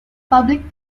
public